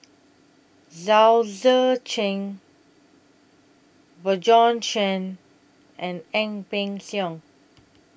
Chao Tzee Cheng Bjorn Shen and Ang Peng Siong